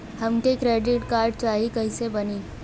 हमके credit card चाही कैसे बनी?